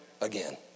again